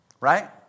Right